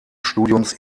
studiums